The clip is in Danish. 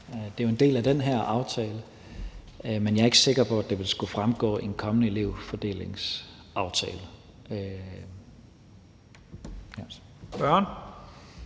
Det er jo en del af den her aftale, men jeg er ikke sikker på, at det ville skulle fremgå af en kommende elevfordelingsaftale. Kl.